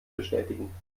bestätigen